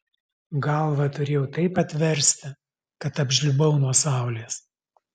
galvą turėjau taip atversti kad apžlibau nuo saulės